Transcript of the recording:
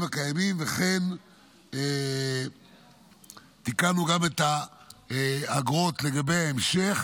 הקיימים וכן תיקנו את האגרות לגבי ההמשך,